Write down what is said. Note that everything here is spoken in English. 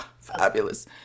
fabulous